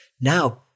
Now